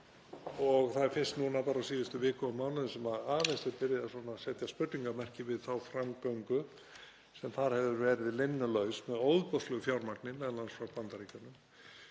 og það er fyrst núna bara á síðustu vikum og mánuðum sem aðeins er byrjað að setja spurningarmerki við þá framgöngu sem þar hefur verið linnulaus, með ofboðslegu fjármagni m.a. frá Bandaríkjunum.